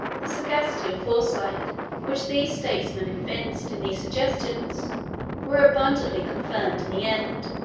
the sagacity and foresight which these statesmen evinced in these suggestions were abundantly confirmed in the end.